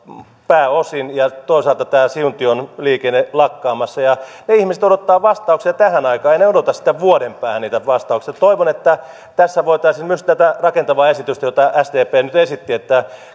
pääosin ja toisaalta tämä siuntion liikenne lakkaamassa ja ne ihmiset odottavat vastauksia tähän aikaan eivät he odota vuoden päähän niitä vastauksia toivon että tässä voitaisiin harkita myös tätä rakentavaa esitystä jota sdp nyt esitti että